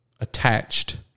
attached